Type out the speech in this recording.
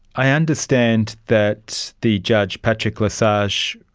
i understand that the judge, patrick lesage,